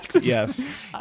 yes